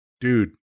dude